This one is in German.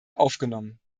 aufgenommen